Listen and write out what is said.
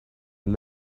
and